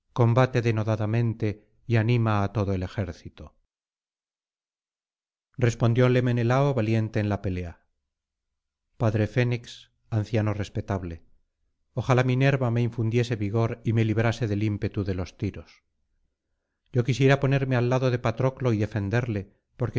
combate denodadamente y anima á todo el ejército respondióle menelao valiente en la pelea padre fénix anciano respetable ojalá minerva me infundiese vigor y me librase del ímpetu de los tiros yo quisiera ponerme al lado de patroclo y defenderle